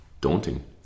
daunting